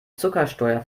zuckersteuer